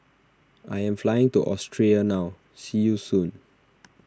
I am flying to Austria now see you soon